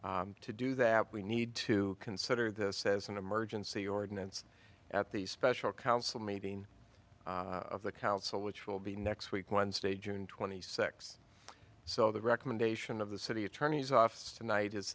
act to do that we need to consider this as an emergency ordinance at the special council meeting of the council which will be next week wednesday june twenty sixth so the recommendation of the city attorney's office tonight is